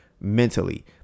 mentally